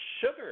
sugar